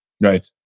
Right